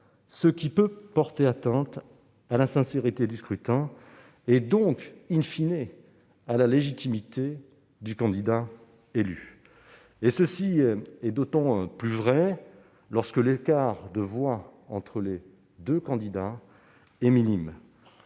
eux qui peut porter atteinte à la sincérité du scrutin, et donc à la légitimité du candidat élu. Cela est d'autant plus vrai lorsque l'écart de voix entre les deux candidats est minime.